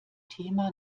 thema